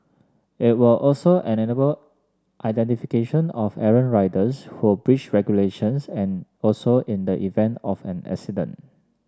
it will also enable identification of errant riders who breach regulations and also in the event of an accident